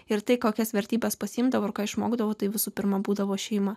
ir tai kokias vertybes pasiimdavo ir ką išmokdavo tai visų pirma būdavo šeima